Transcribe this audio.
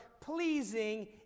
pleasing